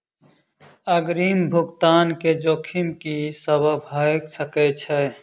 अग्रिम भुगतान केँ जोखिम की सब भऽ सकै हय?